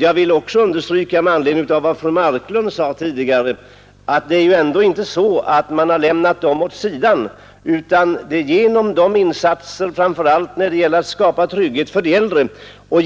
Jag vill understryka, med anledning av vad fru Marklund sade tidigare, att man ändå inte har skjutit dessa människor åt sidan. Genom de insatser — framför allt när det gäller att skapa trygghet åt äldre — som redan gjorts och